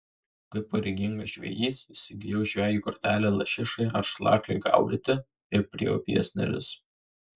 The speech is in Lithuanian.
kaip pareigingas žvejys įsigijau žvejui kortelę lašišai ar šlakiui gaudyti ir prie upės neris